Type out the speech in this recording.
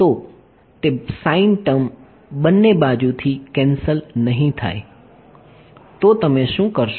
તો તે sin term બંને બાજુથી કેન્સલ નહીં થાય તો તમે શું કરશો